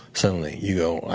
suddenly. you go,